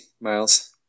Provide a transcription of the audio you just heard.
miles